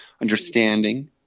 understanding